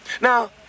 Now